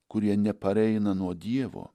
kurie nepareina nuo dievo